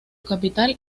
capital